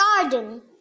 garden